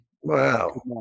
Wow